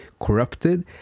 corrupted